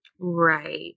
Right